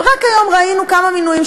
רק היום ראינו כמה מינויים,